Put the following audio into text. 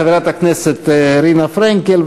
חברת הכנסת רינה פרנקל,